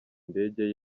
indege